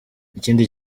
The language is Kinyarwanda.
ikindi